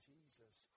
Jesus